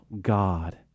God